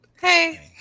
Hey